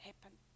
happen